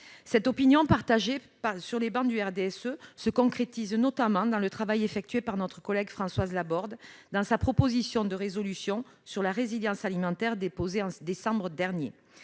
Cette opinion, partagée sur les travées du RDSE, se concrétise notamment dans le travail effectué par notre collègue Françoise Laborde dans sa proposition de résolution sur la résilience alimentaire, déposée en décembre dernier.